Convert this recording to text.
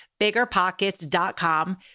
biggerpockets.com